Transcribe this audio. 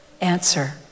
Answer